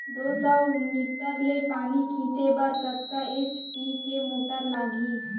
दो सौ मीटर ले पानी छिंचे बर कतका एच.पी के मोटर लागही?